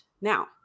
Now